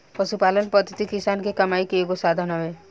पशुपालन पद्धति किसान के कमाई के एगो साधन हवे